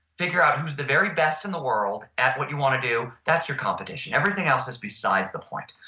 figure out who's the very best in the world at what you want to do, that's your competition. everything else is besides the point.